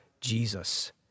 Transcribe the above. Jesus